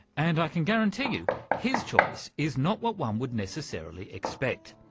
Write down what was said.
and i can guarantee you his choice is not what one would necessarily expect,